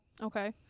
okay